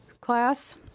class